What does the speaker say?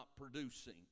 producing